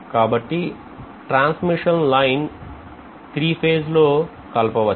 కాబట్టి transmission line లను three phase లో కలపవచ్చు